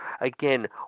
again